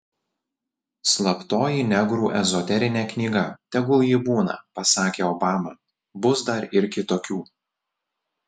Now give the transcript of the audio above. slaptoji negrų ezoterinė knyga tegul ji būna pasakė obama bus dar ir kitokių